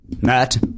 Matt